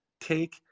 take